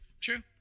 true